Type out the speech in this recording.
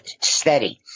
steady